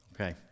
Okay